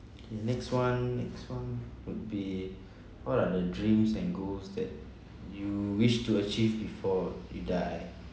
next one next one would be what are the dreams and goals that you wish to achieve before you die